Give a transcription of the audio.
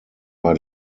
bei